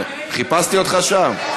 חיפשתי אותך שם.